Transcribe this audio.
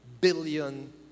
billion